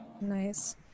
Nice